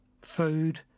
food